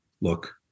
Look